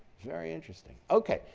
very interesting. ok.